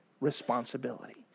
responsibility